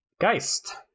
Geist